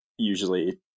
Usually